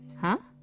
huh?